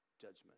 judgment